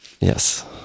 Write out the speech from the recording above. Yes